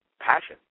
passion